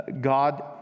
God